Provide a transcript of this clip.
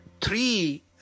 three